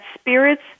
spirits